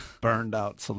burned-out